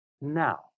now